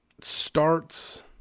starts